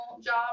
job